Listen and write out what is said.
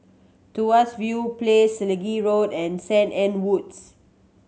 Tuas View Place Selegie Road and Saint Anne Woods